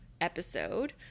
episode